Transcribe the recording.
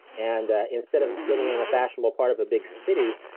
and instead of living in in a fashionable part of a big city,